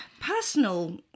personal